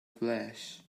flesh